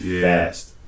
fast